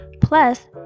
Plus